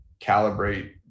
calibrate